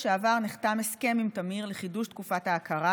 שעבר נחתם הסכם עם תמיר לחידוש תקופת ההכרה.